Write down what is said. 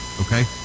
Okay